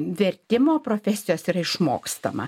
vertimo profesijos yra išmokstama